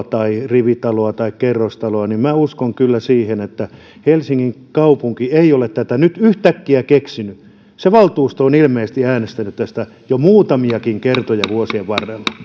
tai rivitaloa tai kerrostaloa minä uskon kyllä siihen että helsingin kaupunki ei ole tätä nyt yhtäkkiä keksinyt se valtuusto on ilmeisesti äänestänyt tästä jo muutamiakin kertoja vuosien varrella